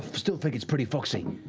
still think it's pretty foxy.